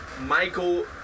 Michael